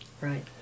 Right